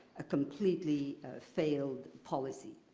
a completely failed policy.